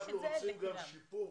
ואנחנו רוצים גם שיפור